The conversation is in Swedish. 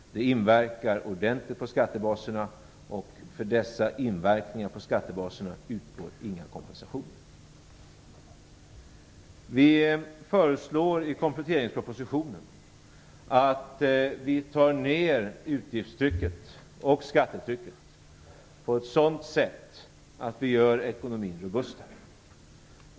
Det inverkar ordentligt på skattebaserna, och för detta utgår ingen kompensation. Vi föreslår i kompletteringspropositionen att utgiftstrycket och skattetrycket minskas på ett sådant sätt att ekonomin blir robustare.